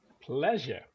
pleasure